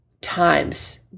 times